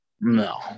No